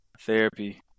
therapy